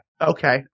Okay